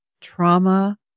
trauma